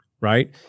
right